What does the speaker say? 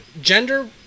Gender